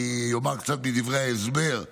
אני אומר קצת מדברי ההסבר: